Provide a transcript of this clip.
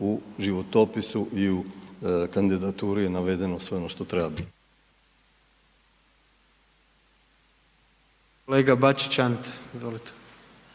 u životopisu i u kandidaturi je navedeno sve ono što treba